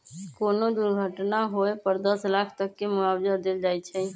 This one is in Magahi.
कोनो दुर्घटना होए पर दस लाख तक के मुआवजा देल जाई छई